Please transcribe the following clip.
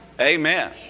Amen